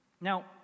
Now